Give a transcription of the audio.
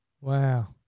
Wow